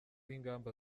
ingamba